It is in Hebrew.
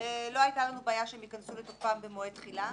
לא היתה לנו בעיה שהם ייכנסו לתוקפם במועד תחילה.